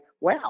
wow